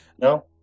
No